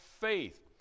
faith